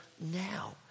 now